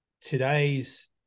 today's